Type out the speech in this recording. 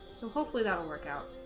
so hopefully that'll work out